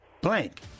blank